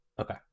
Okay